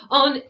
on